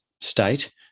state